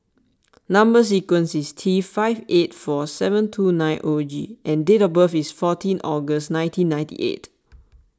Number Sequence is T five eight four seven two nine zero G and date of birth is fourteen August nineteen ninety eight